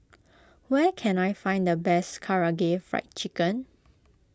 where can I find the best Karaage Fried Chicken